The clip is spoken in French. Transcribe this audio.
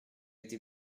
été